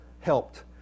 helped